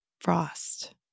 frost